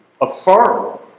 affirm